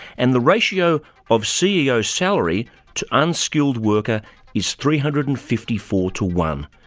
and the ratio of ceo salary to unskilled worker is three hundred and fifty four to one.